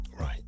right